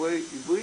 דוברי עברית,